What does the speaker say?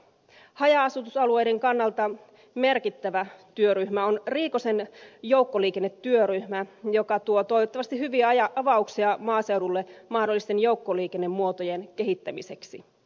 haja asutusalueiden kannalta merkittävä työryhmä on riikosen joukkoliikennetyöryhmä joka tuo toivottavasti hyviä avauksia maaseudulle mahdollisten joukkoliikennemuotojen kehittämiseksi